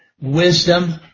Wisdom